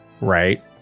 right